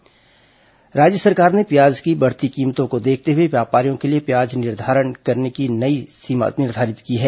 प्याज भंडारण राज्य सरकार ने प्याज की बढ़ती कीमतों को देखते हुए व्यापारियों के लिए प्याज भंडारण की नई सीमा निर्धारित की है